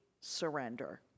surrender